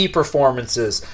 performances